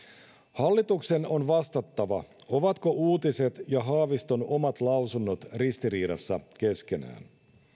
hallituksen on vastattava ovatko uutiset ja haaviston omat lausunnot ristiriidassa keskenään